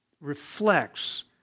reflects